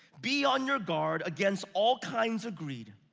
be on your guard against all kinds of greed.